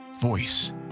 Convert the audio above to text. voice